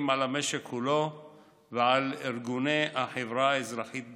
למשק כולו ולארגוני החברה האזרחית בפרט.